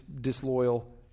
disloyal